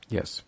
Yes